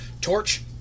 torch